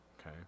okay